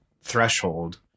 threshold